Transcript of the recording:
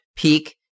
Peak